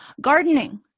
gardening